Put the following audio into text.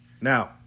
Now